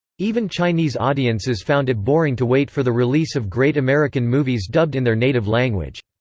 even chinese audiences found it boring to wait for the release of great american movies dubbed in their native language.